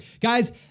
guys